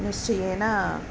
निश्चयेन